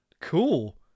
Cool